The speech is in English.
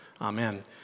Amen